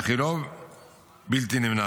אך היא לא בלתי נמנעת,